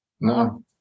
No